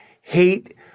hate